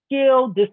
skill